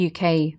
UK